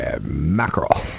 mackerel